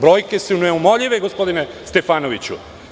Brojke su neumoljive gospodine Stefanoviću.